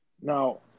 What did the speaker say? Now